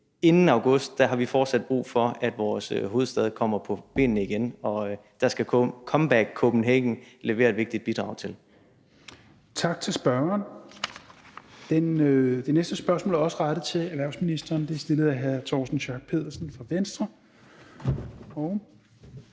Inden august har vi fortsat brug for, at vores hovedstad kommer på benene igen, og det skal »Comeback Copenhagen« levere et vigtigt bidrag til. Kl. 16:44 Tredje næstformand (Rasmus Helveg Petersen): Tak til spørgeren. Det næste spørgsmål er også rettet til erhvervsministeren, og det er stillet af hr. Torsten Schack Pedersen fra Venstre.